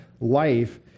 life